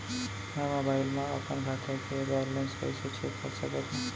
मैं मोबाइल मा अपन खाता के बैलेन्स कइसे चेक कर सकत हव?